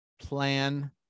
plan